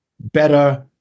better